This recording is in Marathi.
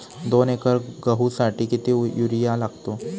दोन एकर गहूसाठी किती युरिया लागतो?